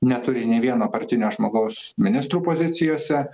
neturi nė vieno partinio žmogaus ministrų pozicijose